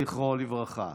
זכרו לברכה.